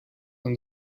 than